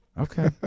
Okay